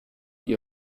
die